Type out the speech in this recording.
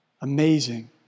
Amazing